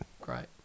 Great